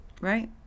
right